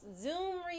Zoom